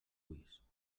ulls